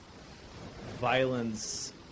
violence